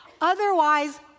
Otherwise